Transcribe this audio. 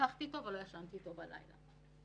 מאמצים רציניים ומקצועיים שהביאו הישגים למערך ההסברה.